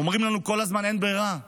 אומרים לנו כל הזמן: אין ברירה.